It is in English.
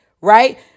right